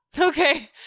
Okay